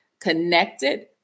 connected